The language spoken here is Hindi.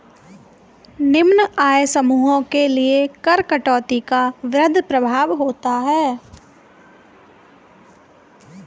निम्न आय समूहों के लिए कर कटौती का वृहद प्रभाव होता है